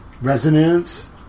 resonance